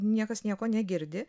niekas nieko negirdi